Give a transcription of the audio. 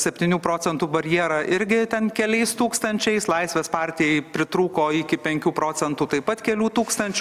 septynių procentų barjerą irgi ten keliais tūkstančiais laisvės partijai pritrūko iki penkių procentų taip pat kelių tūkstančių